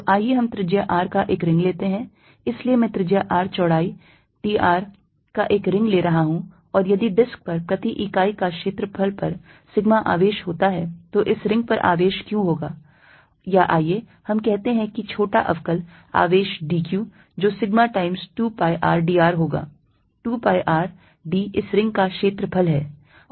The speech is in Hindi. तो आइए हम त्रिज्या R का एक रिंग लेते हैं इसलिए मैं त्रिज्या R चौड़ाई dr का एक रिंग ले रहा हूं और यदि डिस्क पर प्रति इकाई का क्षेत्रफल पर sigma आवेश होता है तो इस रिंग पर आवेश Q होगा या आइए हम कहते हैं कि छोटा अवकल आवेश dQ जो sigma times 2 pi r dr होगा 2 pi r d इस रिंग का क्षेत्रफल है